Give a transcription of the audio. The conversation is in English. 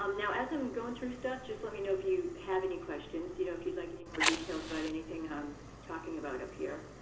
um now as i'm going through stuff, just let me know if you have any questions you know if you'd like any more details about anything i'm talking about up here.